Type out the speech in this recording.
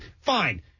Fine